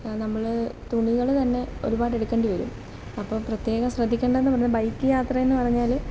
നമ്മൾ തുണികൾ തന്നെ ഒരുപാട് എടുക്കേണ്ടി വരും അപ്പം പ്രത്യേകം ശ്രദ്ധിക്കേണ്ടതെന്നു പറഞ്ഞാൽ ബൈക്കു യാത്ര എന്നു പറഞ്ഞാൽ